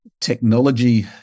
technology